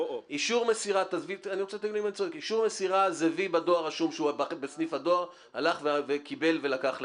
אישור מסירה זה וי בדואר רשום שבסניף הדואר הוא הלך וקיבל ולקח.